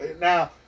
Now